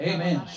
Amen